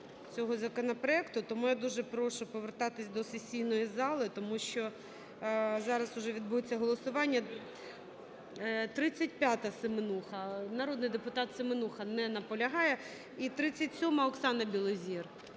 цього законопроекту. Тому я дуже прошу повертатись до сесійної зали, тому що зараз уже відбудеться голосування. 35-а, Семенуха. Народний депутат Семенуха не наполягає. І 37-а, Оксана Білозір.